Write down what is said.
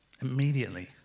immediately